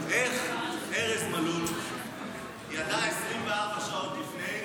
איך ארז מלול ידע 24 שעות לפני,